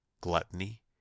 gluttony